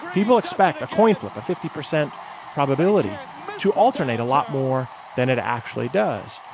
people expect a coin flip a fifty percent probability to alternate a lot more than it actually does.